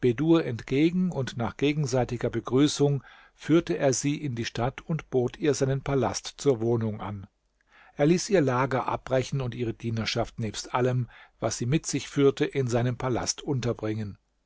entgegen und nach gegenseitiger begrüßung führte er sie in die stadt und bot ihr seinen palast zur wohnung an er ließ ihr lager abbrechen und ihre dienerschaft nebst allem was sie mit sich führte in seinem palast unterbringen